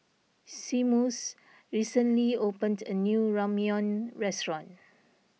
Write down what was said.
Seamus recently opened a new Ramyeon restaurant